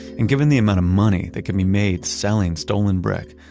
and given the amount of money that can be made selling stolen brick,